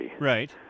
Right